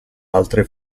altre